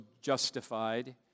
justified